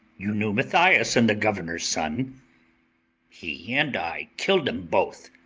you knew mathias and the governor's son he and i killed em both,